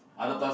oh